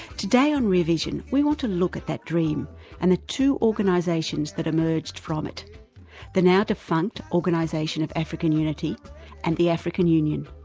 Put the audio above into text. today on rear vision we want to look at that dream and at two organisations that emerged from it the now-defunct organisation of african unity and the african union.